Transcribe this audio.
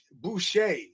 boucher